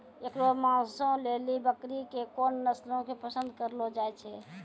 एकरो मांसो लेली बकरी के कोन नस्लो के पसंद करलो जाय छै?